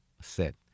set